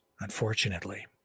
unfortunately